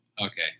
Okay